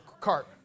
cart